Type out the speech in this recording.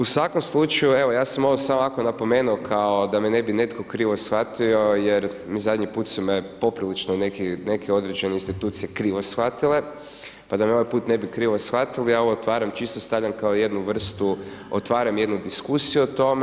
U svakom slučaju, evo ja sam ovo sve ovako napomenuo kao da me ne bi netko krivo shvatio jer zadnji put su me poprilično neke određene institucije krivo shvatile pa da me ovaj put ne bi krivo shvatili, ja ovo otvaram, čisto stavljam kao jednu vrstu, otvaram jednu diskusiju o tome.